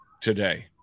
today